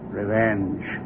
revenge